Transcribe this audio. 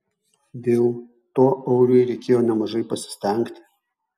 dėl to auriui reikėjo nemažai pasistengti